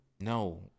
No